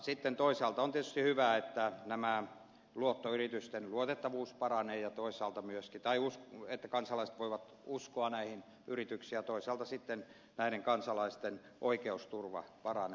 sitten toisaalta on tietysti hyvä että näiden luottoyritysten luotettavuus paranee ja että kansalaiset voivat uskoa näihin yrityksiin ja toisaalta sitten näiden kansalaisten oikeusturva paranee